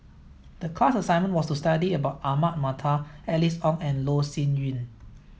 the class assignment was to study about Ahmad Mattar Alice Ong and Loh Sin Yun